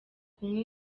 kunywa